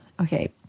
Okay